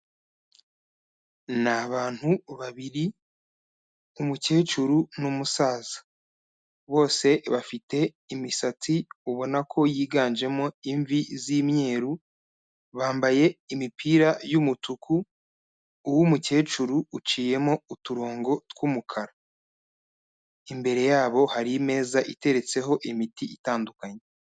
Ni abantu babiri, umukecuru n'umusaza, bose bafite imisatsi ubona ko yiganjemo imvi z'imyeru, bambaye imipira y'umutuku, uw'umukecuru uciyemo uturongo tw'umukara, imbere yabo hari imeza iteretseho imiti itandukanye.